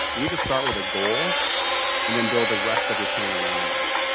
you need to start with a goal and then build the rest of your plan around that.